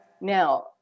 Now